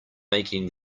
making